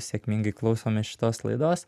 sėkmingai klausomės šitos laidos